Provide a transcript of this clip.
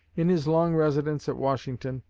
in his long residence at washington,